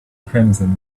crimson